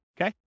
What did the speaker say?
Okay